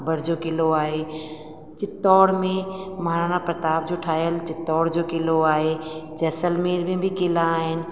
अकबर जो क़िलो आहे चित्तोड़ में महाराणा प्रताप जो ठाहियल चित्तोड़ जो क़िलो आहे जैसलमेर में बि क़िला आहिनि